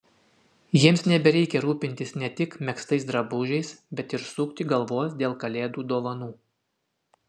jiems nebereikia rūpintis ne tik megztais drabužiais bet ir sukti galvos dėl kalėdų dovanų